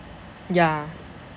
ya